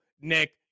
Nick